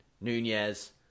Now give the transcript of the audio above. Nunez